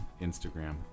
Instagram